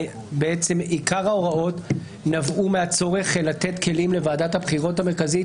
עיקר ההוראות נבעו מהצורך לתת כלים לוועדת הבחירות המרכזית